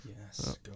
Yes